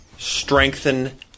Strengthen